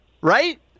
Right